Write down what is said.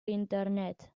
internet